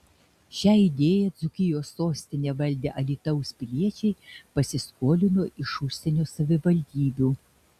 šią idėją dzūkijos sostinę valdę alytaus piliečiai pasiskolino iš užsienio savivaldybių